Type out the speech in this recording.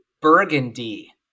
burgundy